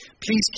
Please